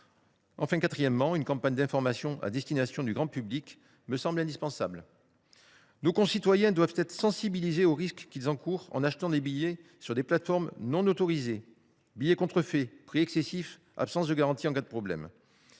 Quatrièmement, une campagne d’information à destination du grand public me semble indispensable. Nos concitoyens doivent être sensibilisés aux risques qu’ils encourent en achetant des billets sur des plateformes non autorisées : billets contrefaits, prix excessifs, absence de garantie en cas de problème.